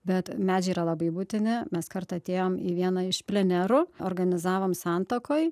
bet medžiai yra labai būtini mes kartą atėjom į vieną iš plenerų organizavom santakoj